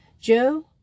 Joe